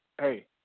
hey